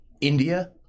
india